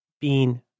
bean